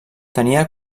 tenia